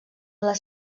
les